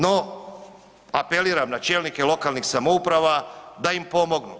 No, apeliram na čelnike lokalnih samouprava da im pomognu.